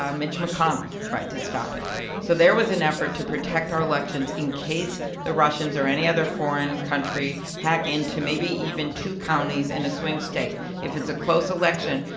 ah mitch mcconnell tried to stop it so there was an effort to protect our elections in case the russians or any other foreign country hack into maybe even two counties in a swing state. if it's a close election,